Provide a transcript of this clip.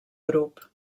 grup